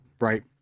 right